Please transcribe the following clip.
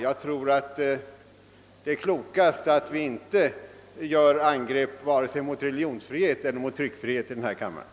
Jag tror att det är klokast att vi här i kammaren inte gör några angrepp mot vare sig religionsfriheten eller tryckfriheten.